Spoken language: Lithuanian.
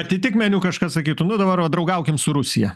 atitikmeniu kažkas sakytų nu dabar va draugaukim su rusija